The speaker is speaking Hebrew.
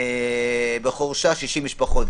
בחורשה 60 משפחות,